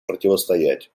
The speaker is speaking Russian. противостоять